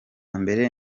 mbere